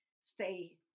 stay